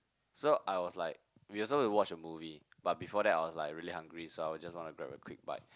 so I was like we also will watch a movie but before that I was like really hungry so I will just want to grab a quick bite